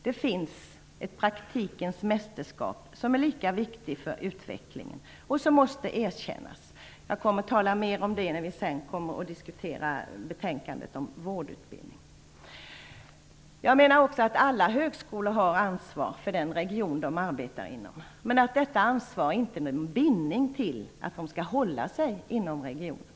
Det finns ett praktikens mästerskap som är lika viktigt för utvecklingen och som måste erkännas. Jag kommer att tala mer om detta när vi senare skall diskutera betänkandet om vårdutbildning. Jag menar också att alla högskolor har ansvar för den region som de arbetar inom. Men detta ansvar innebär ingen bindning till att de skall hålla sig inom regionen.